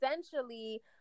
Essentially